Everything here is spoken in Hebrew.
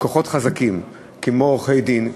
שכוחות חזקים כמו עורכי-דין,